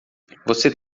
você